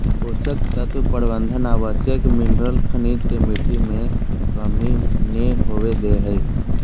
पोषक तत्व प्रबंधन आवश्यक मिनिरल खनिज के मिट्टी में कमी नै होवई दे हई